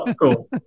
cool